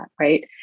right